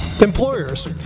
Employers